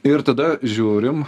ir tada žiūrim